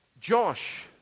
Josh